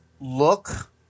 look